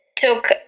took